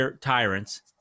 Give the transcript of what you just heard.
tyrants